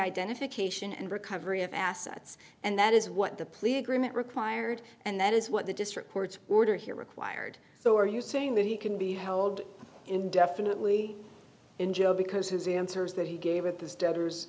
identification and recovery of assets and that is what the plea agreement required and that is what the district court's order here required so are you saying that he can be held indefinitely in jail because his answers that he gave with his daughter